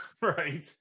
Right